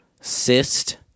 Cyst